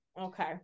okay